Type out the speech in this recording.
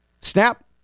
snap